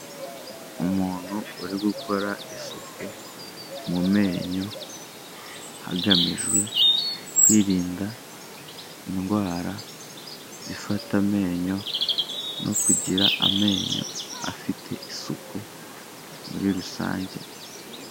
Umuntu uri gukora isuku mu menyo, hagamijwe kwirinda indwara zifata amenyo no kugira amenyo afite isuku muri rusange.